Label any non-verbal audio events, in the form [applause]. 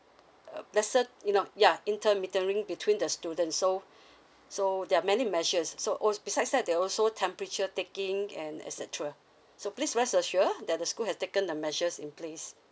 um lesser you know ya intermingling between the student so [breath] so there are many measures so al~ besides that there're also temperature taking and et cetera so please rest assure that the school has taken the measures in place